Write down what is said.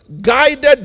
guided